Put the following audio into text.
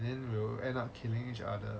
then you will end up killing each other